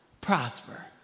Prosper